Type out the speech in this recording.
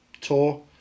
tour